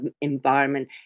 environment